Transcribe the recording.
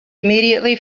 immediately